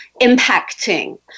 impacting